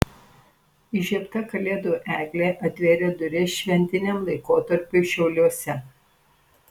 įžiebta kalėdų eglė atvėrė duris šventiniam laikotarpiui šiauliuose